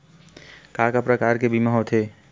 का का प्रकार के बीमा होथे?